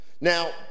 Now